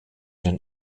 den